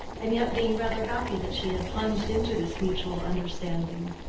and yet being rather happy that she had plunged into this mutual understanding.